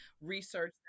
research